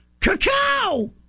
cacao